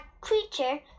creature